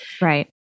Right